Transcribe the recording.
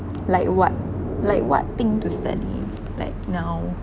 like what like what thing to study like now